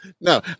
No